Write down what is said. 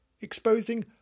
exposing